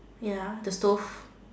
ya the stove